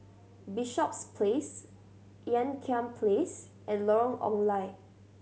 Bishops Place Ean Kiam Place and Lorong Ong Lye